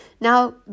Now